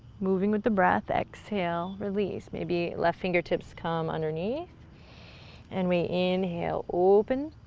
moving with the breath, exhale, release. maybe left fingertips come underneath and we inhale, open.